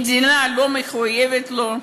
המדינה לא מחויבת לו?